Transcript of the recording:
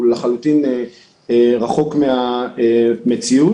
הוא לחלוטין רחוק מהמציאות.